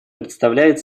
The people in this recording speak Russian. представляет